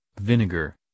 vinegar